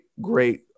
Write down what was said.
great